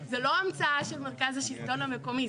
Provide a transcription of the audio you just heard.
זה לא המצאה של מרכז השלטון המקומי,